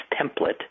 template